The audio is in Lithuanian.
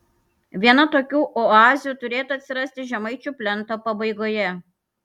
viena tokių oazių turėtų atsirasti žemaičių plento pabaigoje